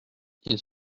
ils